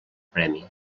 premi